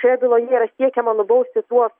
šioje byloje yra siekiama nubausti tuos